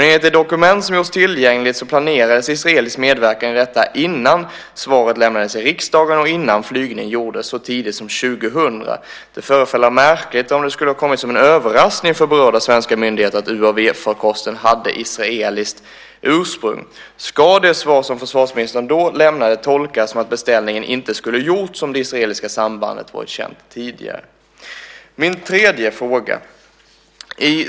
Enligt det dokument som finns tillgängligt planerades israelisk medverkan i detta innan svaret lämnades i riksdagen och innan flygning gjordes, så tidigt som 2000. Det förefaller märkligt om det skulle ha kommit som en överraskning för berörda myndigheter att UAV-farkosten hade israeliskt ursprung. Ska det svar som försvarsministern då lämnade tolkas som att beställningen inte skulle ha gjorts om det israeliska sambandet hade varit känt tidigare? Min tredje fråga är följande.